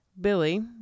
Billy